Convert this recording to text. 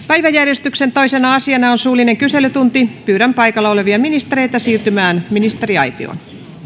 päiväjärjestyksen toisena asiana on suullinen kyselytunti pyydän paikalla olevia ministereitä siirtymään ministeriaitioon